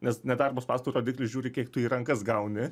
nes nedarbo spąstų rodiklis žiūri kiek tu į rankas gauni